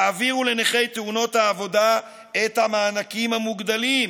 העבירו לנכי תאונות העבודה את המענקים המוגדלים.